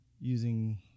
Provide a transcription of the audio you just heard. using